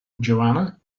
joanna